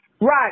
Right